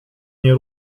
nie